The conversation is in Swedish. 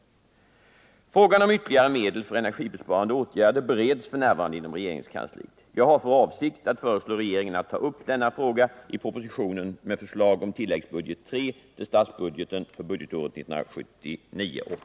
Frågan om ytterligare medel för energibesparande åtgärder bereds f. n. inom regeringskansliet. Jag har för avsikt att föreslå regeringen att ta upp denna fråga i propositionen med förslag om tilläggsbudget III till statsbudgeten för budgetåret 1979/80.